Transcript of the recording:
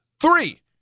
Three